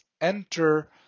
enter